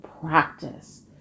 practice